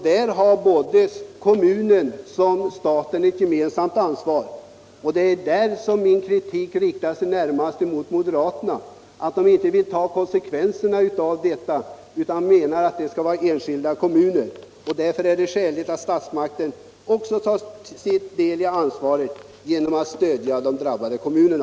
Där har både stat och kommun ett gemensamt ansvar. Min kritik riktar sig närmast mot moderaterna, som inte vill ta konsekvenserna av detta utan menar att det får enskilda kommuner göra. Men det är skäligt att stats makterna tar sin del av ansvaret genom att stödja de drabbade kommunerna.